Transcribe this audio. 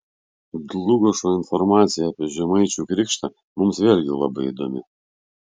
dlugošo informacija apie žemaičių krikštą mums vėlgi labai įdomi